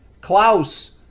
Klaus